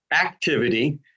activity